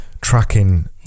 tracking